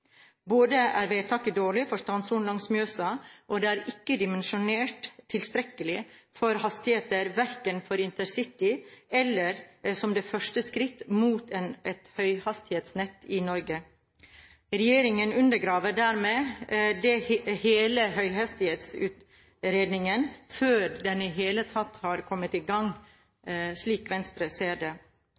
Vedtaket er dårlig for strandsonen langs Mjøsa, og det er ikke dimensjonert tilstrekkelig for hastigheter verken for intercity eller som det første skritt mot et høyhastighetsnett i Norge. Regjeringen undergraver dermed hele høyhastighetsutredningen før den i det hele tatt har kommet i gang,